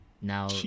now